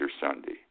Sunday